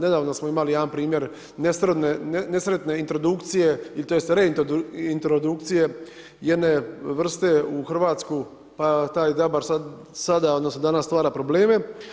Nedavno smo imali jedan primjer, nesretne introdukcije, tj. reintrodukcije, jedne vrste u Hrvatsku, pa taj dabar sada, odnosno danas stvara probleme.